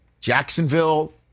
Jacksonville